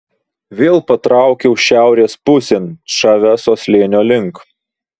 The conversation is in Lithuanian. vėl patraukiau šiaurės pusėn čaveso slėnio link